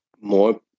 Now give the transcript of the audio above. More